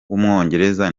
w’umwongereza